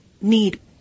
need